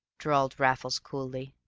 drawled raffles coolly.